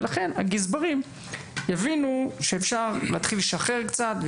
ולכן הגזברים יבינו שאפשר להתחיל לשחרר קצת.